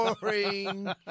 Boring